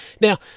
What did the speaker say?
Now